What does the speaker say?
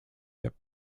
but